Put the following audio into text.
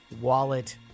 wallet